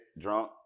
drunk